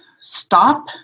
stop